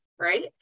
Right